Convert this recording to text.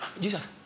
Jesus